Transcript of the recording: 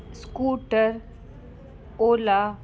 scooter ola